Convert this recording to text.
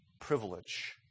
privilege